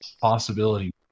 possibility